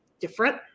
different